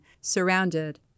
surrounded